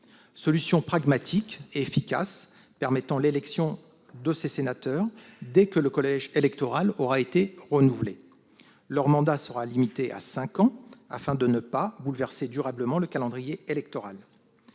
solution pragmatique et efficace, qui permettra l'élection des sénateurs concernés dès que leur collège électoral aura été renouvelé. Leur mandat sera limité à cinq ans, afin de ne pas bouleverser durablement le calendrier électoral.